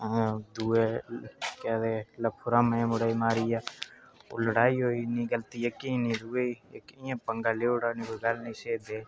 दूए गी केह् आखदे लक्खु रामै दे मुड़े गी मारी गेआ ओह् लड़ाई होई नेईं गलती इक्क दी निं दूऐ दी इक्क इं'या पंगा लेई ओड़ेआ कोई गल्ती निं